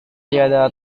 tiada